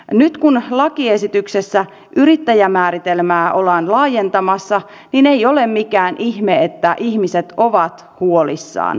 nyt kun lakiesityksessä yrittäjän määritelmää ollaan laajentamassa niin ei ole mikään ihme että ihmiset ovat huolissaan